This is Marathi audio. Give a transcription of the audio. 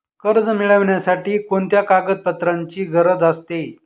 कर्ज मिळविण्यासाठी कोणत्या कागदपत्रांची गरज असते?